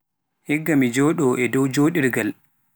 Igga mi jooɗo e dow jooirgal.